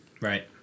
Right